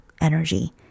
energy